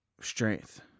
strength